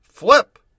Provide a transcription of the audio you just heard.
Flip